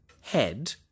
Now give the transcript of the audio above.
head